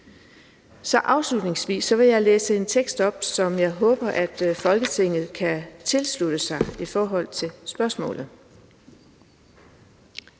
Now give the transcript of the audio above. Så afslutningsvis vil jeg læse en tekst op, som jeg håber Folketinget kan tilslutte sig, og jeg skal